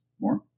More